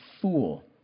fool